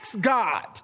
God